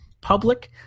public